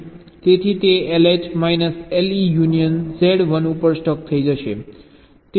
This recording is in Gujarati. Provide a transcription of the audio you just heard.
તેથી તે LH minus LE union Z 1 ઉપર સ્ટક થઈ જશે